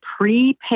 prepay